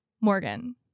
Morgan